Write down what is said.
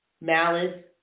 malice